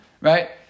right